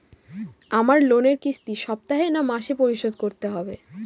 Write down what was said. আমার লোনের কিস্তি সপ্তাহে না মাসে পরিশোধ করতে হবে?